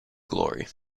glory